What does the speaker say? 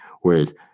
Whereas